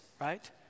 right